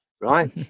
right